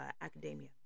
academia